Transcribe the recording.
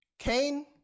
Cain